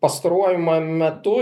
pastaruoju metu